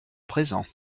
présent